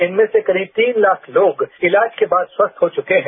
इनमें से करीब तीन लाख लोग इलाज के बाद स्वस्थ हो चुके हैं